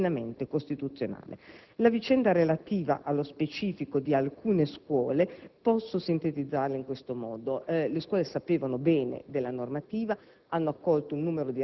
quindi una norma pienamente costituzionale. La vicenda relativa allo specifico di alcune scuole posso sintetizzarla in questo modo: le scuole conoscevano bene la normativa,